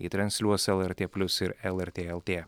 jį transliuos lrt plius ir lrt lt